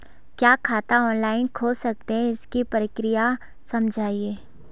क्या खाता ऑनलाइन खोल सकते हैं इसकी प्रक्रिया समझाइए?